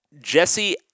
jesse